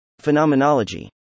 Phenomenology